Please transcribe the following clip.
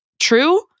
true